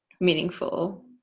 meaningful